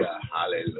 Hallelujah